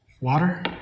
water